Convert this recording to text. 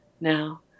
Now